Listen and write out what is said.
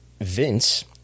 Vince